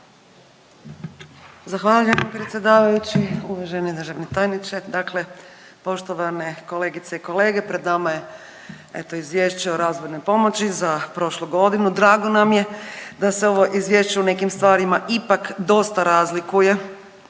Zahvaljujem predsjedavajući, uvaženi državni tajniče. Dakle, poštovane kolegice i kolege pred nama je eto Izvješće o razvojnoj pomoći za prošlu godinu. Drago nam je da se ovo izvješće u nekim stvarima ipak dosta razlikuje